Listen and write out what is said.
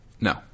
No